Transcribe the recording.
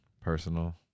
personal